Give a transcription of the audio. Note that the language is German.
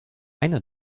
eine